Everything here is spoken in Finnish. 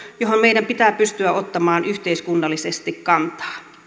johon meidän pitää pystyä ottamaan yhteiskunnallisesti kantaa